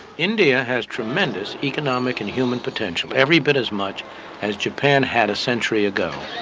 india has tremendous economic and human potential, every bit as much as japan had a century ago.